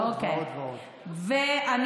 עוד ועוד ועוד.